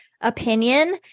opinion